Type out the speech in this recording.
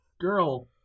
girl